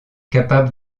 capables